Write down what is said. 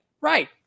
right